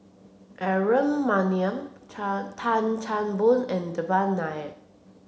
Aaron Maniam Chan Tan Chan Boon and Devan Nair